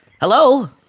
Hello